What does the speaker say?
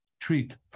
treat